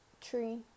Tree